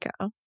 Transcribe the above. go